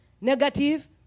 Negative